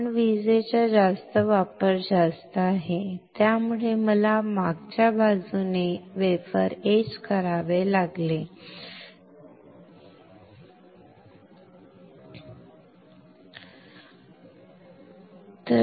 पण विजेचा वापर जास्त आहे त्यामुळे मला मागच्या बाजूने वेफर एच करावे लागले की मला मागच्या बाजूने वेफर एच करावे लागले